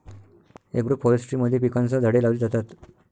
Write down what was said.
agroforestry मध्ये पिकांसह झाडे लावली जातात